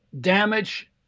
damage